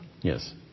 Yes